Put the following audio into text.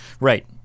Right